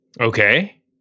Okay